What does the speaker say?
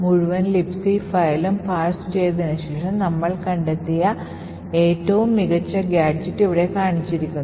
മുഴുവൻ Libc ഫയലും പാഴ്സുചെയ്തതിന് ശേഷം നമ്മൾ കണ്ടെത്തിയ ഏറ്റവും മികച്ച ഗാഡ്ജെറ്റ് ഇവിടെ കാണിച്ചിരിക്കുന്നു